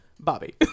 Bobby